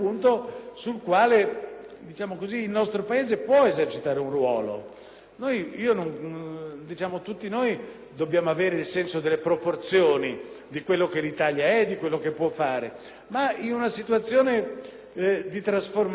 Tutti noi dobbiamo avere il senso delle proporzioni, di quello che l'Italia è e può fare, ma in una situazione di trasformazione, nella quale nella nuova amministrazione americana è nata una riflessione sulle strategie da seguire,